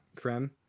Krem